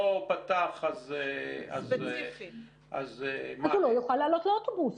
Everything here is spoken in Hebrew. פתח --- אז הוא לא יוכל לעלות לאוטובוס.